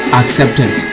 accepted